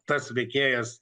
tas veikėjas